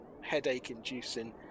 headache-inducing